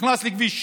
נכנס לכביש 6,